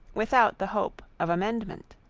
without the hope of amendment.